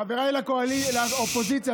חבריי לאופוזיציה,